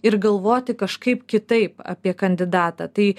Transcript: ir galvoti kažkaip kitaip apie kandidatą tai